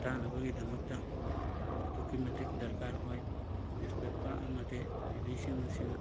ꯇꯥꯅꯕꯒꯤꯗꯃꯛꯇ ꯑꯗꯨꯛꯀꯤ ꯃꯇꯤꯛ ꯗꯔꯀꯥꯔ ꯑꯣꯏ ꯅꯤꯎꯁꯄꯦꯄꯔ ꯑꯃꯗꯤ ꯇꯤ ꯚꯤꯁꯤꯡ ꯑꯁꯤꯅ